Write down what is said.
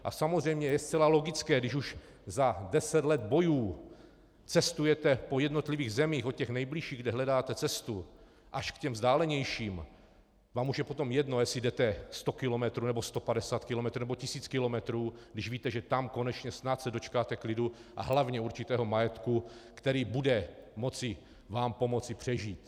A samozřejmě je zcela logické, když už za deset let bojů cestujete po jednotlivých zemích, od těch nejbližších, kde hledáte cestu, až k těm vzdálenějším, vám už je potom jedno, jestli jdete sto kilometrů nebo sto padesát kilometrů nebo tisíc kilometrů, když víte, že tam konečně snad se dočkáte klidu a hlavně určitého majetku, který bude moci vám pomoci přežít.